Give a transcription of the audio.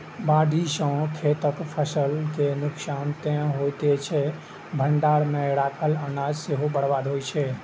बाढ़ि सं खेतक फसल के नुकसान तं होइते छै, भंडार मे राखल अनाज सेहो बर्बाद होइ छै